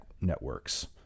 networks